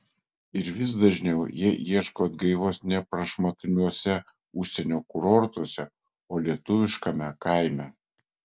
ir vis dažniau jie ieško atgaivos ne prašmatniuose užsienio kurortuose o lietuviškame kaime